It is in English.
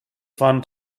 fun